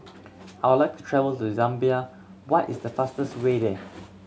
I would like to travel to Zambia what is the fastest way there